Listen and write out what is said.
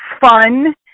fun